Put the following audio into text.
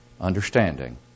Understanding